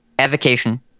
Evocation